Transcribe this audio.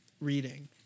reading